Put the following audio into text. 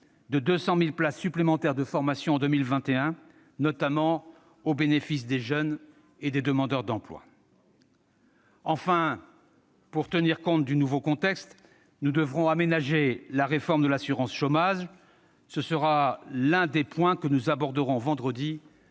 de 200 000 places supplémentaires de formation en 2021, notamment au bénéfice des jeunes et des demandeurs d'emploi. « Enfin, pour tenir compte du nouveau contexte, nous devrons aménager la réforme de l'assurance chômage. Ce sera l'un des points que nous aborderons vendredi